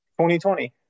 2020